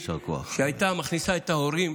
שהייתה מכניסה את ההורים,